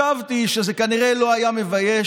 באים